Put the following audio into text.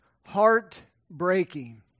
Heartbreaking